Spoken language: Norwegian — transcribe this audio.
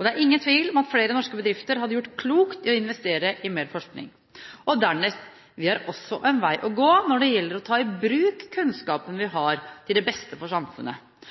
Det er ingen tvil om at flere norske bedrifter hadde gjort klokt i å investere mer i forskning. Og dernest: Vi har også en vei å gå når det gjelder å ta i bruk kunnskapen vi har – til det beste for samfunnet.